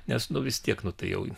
nes nu vis tiek nu tai jau